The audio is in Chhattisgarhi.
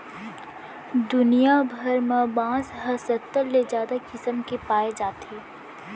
दुनिया भर म बांस ह सत्तर ले जादा किसम के पाए जाथे